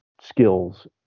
skills